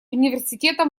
университета